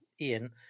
Ian